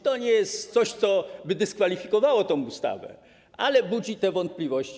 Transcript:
To nie jest coś, co by dyskwalifikowało tę ustawę, ale budzi wątpliwości.